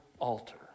altar